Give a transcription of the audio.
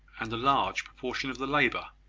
and a large proportion of the labour